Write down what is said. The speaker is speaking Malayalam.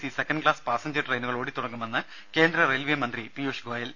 സി സെക്കൻഡ് ക്ലാസ് പാസഞ്ചർ ട്രെയിനുകൾ ഓടിത്തുടങ്ങുമെന്ന് കേന്ദ്ര റെയിൽവേ മന്ത്രി പിയൂഷ് ഗോയൽ